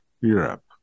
Europe